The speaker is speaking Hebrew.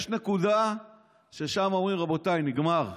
יש נקודה ששם אומרים: רבותיי, נגמר.